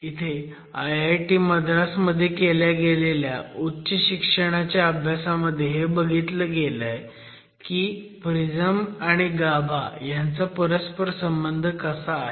इथे IIT मद्रास मध्ये केल्या गेलेल्या उच्च शिक्षणाच्या अभ्यासामध्ये हे बघितलं गेलं की प्रिझम आणि गाभा ह्यांचा परस्परसंबंध कसा आहे